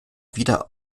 wieder